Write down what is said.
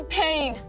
pain